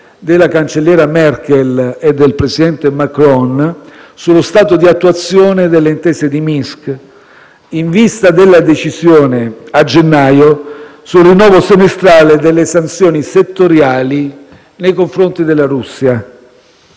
della cancelliera Merkel e del presidente Macron sullo stato di attuazione delle intese di Minsk in vista della decisione, a gennaio, sul rinnovo semestrale delle sanzioni settoriali nei confronti della Russia.